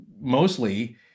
mostly